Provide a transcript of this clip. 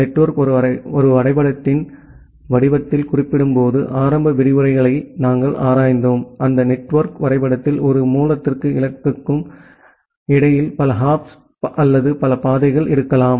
network ஒரு வரைபடத்தின் வடிவத்தில் குறிப்பிடப்படும்போது ஆரம்ப விரிவுரைகளை நாங்கள் ஆராய்ந்தோம் அந்த நெட்வொர்க் வரைபடத்தில் ஒரு மூலத்திற்கும் இலக்குக்கும் இடையில் பல ஹாப்ஸ் அல்லது பல பாதைகள் இருக்கலாம்